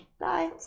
Bye